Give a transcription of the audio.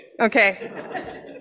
Okay